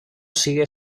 sigue